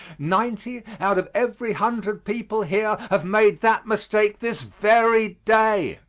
ninety out of every hundred people here have made that mistake this very day.